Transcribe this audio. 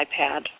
iPad